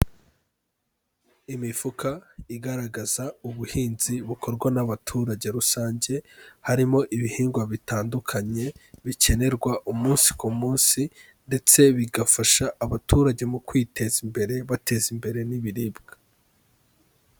Imifuka igaragaza ubuhinzi bukorwa n'abaturage rusange, harimo ibihingwa bitandukanye bikenerwa umunsi ku munsi ndetse bigafasha abaturage mu kwiteza imbere bateza imbere n'ibiribwa.